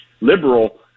liberal